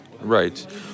Right